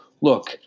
look